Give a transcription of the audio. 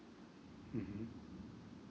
mmhmm